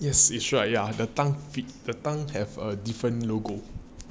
yes it's right ya the Tang feed the Tang have a different logo